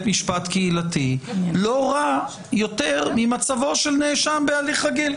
משפט קהילתי לא רע יותר ממצבו של נאשם בהליך רגיל.